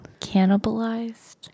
Cannibalized